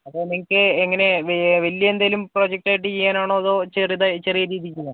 അതോ നിങ്ങൾക്ക് എങ്ങനെ വലിയ എന്തേലും പ്രൊജക്റ്റ് ആയിട്ട് ചെയ്യാനാണോ അതോ ചെറിയ രീതിയിൽ ചെയ്യാനാണോ